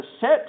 set